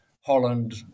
Holland